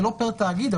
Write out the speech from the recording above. זה לא פר תאגיד,